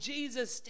Jesus